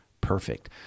Perfect